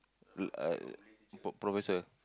uh p~ professor